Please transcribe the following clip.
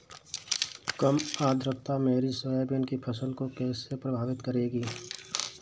कम आर्द्रता मेरी सोयाबीन की फसल को कैसे प्रभावित करेगी?